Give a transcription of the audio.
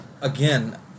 Again